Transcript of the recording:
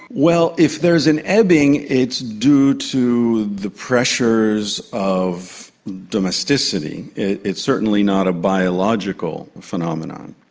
well, if there's an ebbing it's due to the pressures of domesticity, it's certainly not a biological phenomenon.